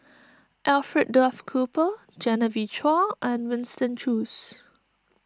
Alfred Duff Cooper Genevieve Chua and Winston Choos